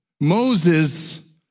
Moses